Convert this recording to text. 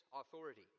authority